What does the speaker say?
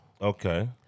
Okay